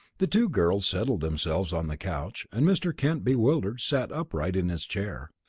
the two girls settled themselves on the couch and mr. kent, bewildered, sat upright in his chair.